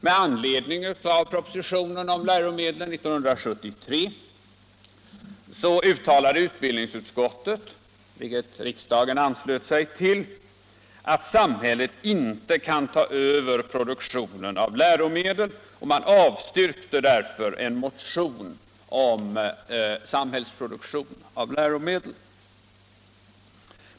Med anledning av propositionen om läromedel 1973 uttalade utbildningsutskottet — vilket riksdagen anslöt sig till — att samhället inte kan ta över produktionen av läromedel. Man avstyrkte därför en motion om samhällsproduktion av läromedel.